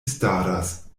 staras